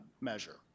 measure